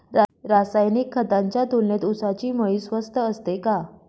रासायनिक खतांच्या तुलनेत ऊसाची मळी स्वस्त असते का?